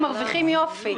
הם מרוויחים יופי.